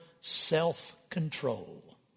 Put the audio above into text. self-control